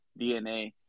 DNA